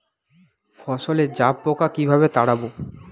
ফসলে জাবপোকা কিভাবে তাড়াব?